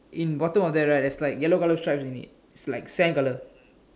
in bottom of that right there's like yellow color stripes in it is like stair color